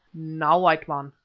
now, white man,